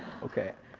okay